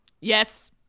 Yes